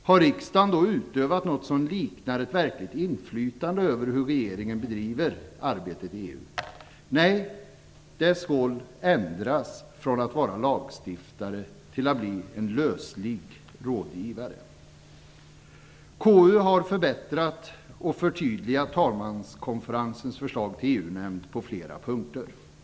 Har riksdagen då utövat något som liknar ett verkligt inflytande över hur regeringen bedriver arbetet i EU? Nej, dess roll ändras från att vara lagstiftare till att bli en löslig rådgivare. KU har förbättrat och förtydligat talmanskonferensens förslag till EU-nämnd på flera punkter.